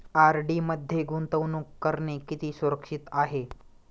RD मध्ये गुंतवणूक करणे किती सुरक्षित आहे?